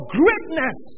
greatness